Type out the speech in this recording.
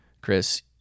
chris